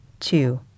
two